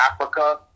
Africa